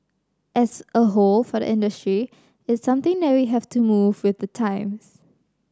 as a whole for the industry it's something that we have to move with the times